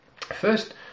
First